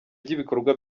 ry’ibikorwa